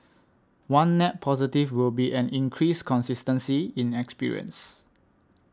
one net positive will be an increased consistency in experience